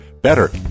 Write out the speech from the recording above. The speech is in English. better